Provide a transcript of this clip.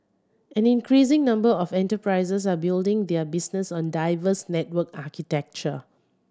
an increasing number of enterprises are building their business on diverse network architecture